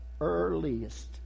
earliest